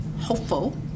hopeful